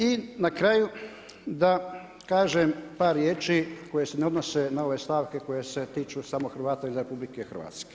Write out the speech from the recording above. I na kraju da kažem par riječi koje se ne odnose na ove stavke koje je tiču samo Hrvata izvan RH.